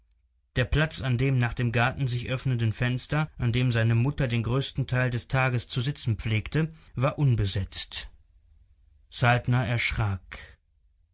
der platz an dem nach dem garten sich öffnenden fenster an dem seine mutter den größten teil des tages zu sitzen pflegte war unbesetzt saltner erschrak